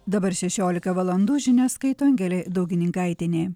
dabar šešiolika valandų žinias skaito angelė daugininkaitienė